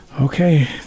Okay